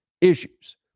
issues